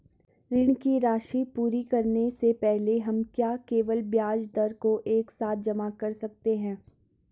ऋण की राशि पूरी करने से पहले हम क्या केवल ब्याज दर को एक साथ जमा कर सकते हैं?